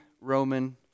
Roman